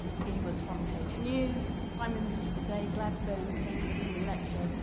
he was front-page news. the prime minister of the day, gladstone, came to see him lecture